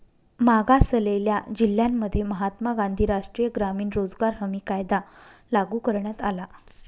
मागासलेल्या जिल्ह्यांमध्ये महात्मा गांधी राष्ट्रीय ग्रामीण रोजगार हमी कायदा लागू करण्यात आला